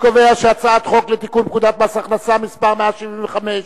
חוק לתיקון פקודת מס הכנסה (מס' 175)